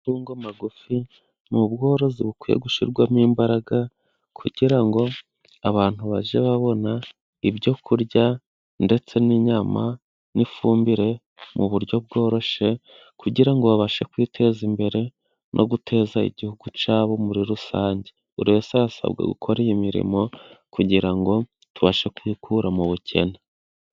Amatungo magufi ni ubworozi bukwiye gushyirwamo imbaraga, kugira ngo abantu bage babona ibyo kurya ndetse n'inyama n'ifumbire mu buryo bworoshye, kugira ngo babashe kwiteza imbere, no guteza igihugu cyabo muri rusange. Buri wese arasabwa gukora iyi mirimo, kugira ngo tubashe kwikura mu bukene.